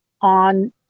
on